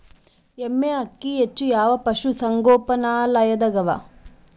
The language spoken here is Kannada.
ಎಮ್ಮೆ ಅಕ್ಕಿ ಹೆಚ್ಚು ಯಾವ ಪಶುಸಂಗೋಪನಾಲಯದಾಗ ಅವಾ?